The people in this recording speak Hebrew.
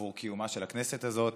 עבור קיומה של הכנסת הזאת.